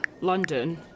London